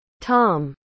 Tom